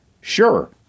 Sure